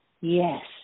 Yes